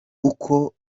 uko